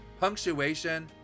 punctuation